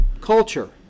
culture